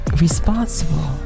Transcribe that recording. responsible